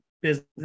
business